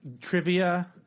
trivia